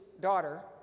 daughter